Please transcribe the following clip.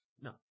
No